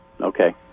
okay